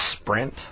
Sprint